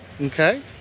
okay